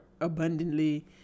abundantly